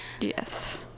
Yes